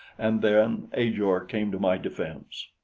and then ajor came to my defense.